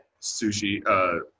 sushi